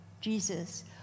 Jesus